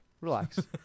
Relax